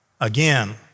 again